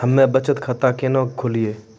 हम्मे बचत खाता केना के खोलियै?